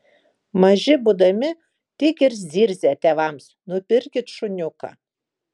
maži būdami tik ir zirzia tėvams nupirkit šuniuką